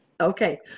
Okay